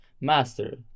Master